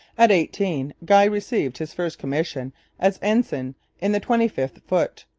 at eighteen guy received his first commission as ensign in the twenty fifth foot,